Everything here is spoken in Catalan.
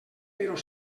però